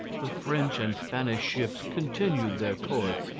the french and spanish ships continued their course,